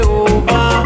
over